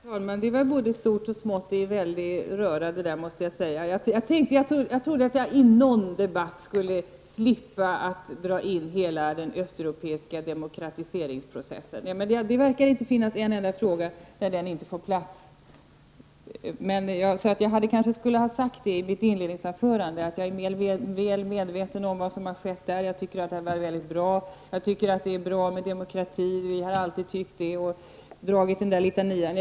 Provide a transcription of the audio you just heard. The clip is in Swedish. Herr talman! Det var både stort och smått i en väldig röra, måste jag säga. Jag trodde att jag i någon debatt skulle slippa att dra in hela den östeuropeiska demokratiseringsprocessen. Men det verkar inte finnas en enda fråga där den inte får plats. Jag kanske skulle ha sagt i mitt inledningsanförande att jag är väl medveten om vad som har skett där, jag tycker att det är väldigt bra, jag tycker att det är bra med demokrati och vi har alltid tyckt det. Jag skulle kanske ha dragit den litanian.